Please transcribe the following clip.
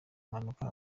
mpanuka